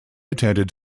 attended